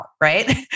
right